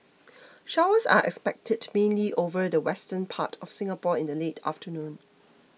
showers are expected mainly over the western part of Singapore in the late afternoon